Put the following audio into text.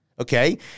Okay